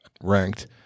ranked